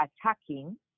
attacking